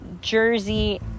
Jersey